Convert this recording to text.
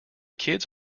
kids